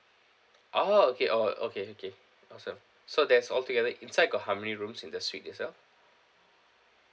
ah okay oh okay okay awesome so that's altogether inside got how many rooms in the suite itself